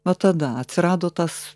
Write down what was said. nuo tada atsirado tas